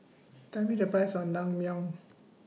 Tell Me The Price of Naengmyeon